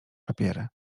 papiery